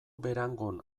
berangon